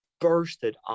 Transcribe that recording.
bursted